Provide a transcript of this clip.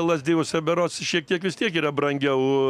lazdijuose berods šiek tiek vis tiek yra brangiau